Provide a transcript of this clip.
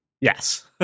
Yes